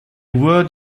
word